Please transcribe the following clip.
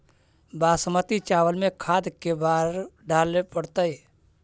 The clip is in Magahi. बासमती चावल में खाद के बार डाले पड़तै?